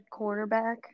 cornerback